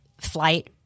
flight